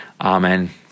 Amen